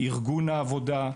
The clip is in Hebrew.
ארגון העבודה,